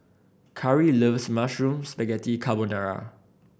Khari loves Mushroom Spaghetti Carbonara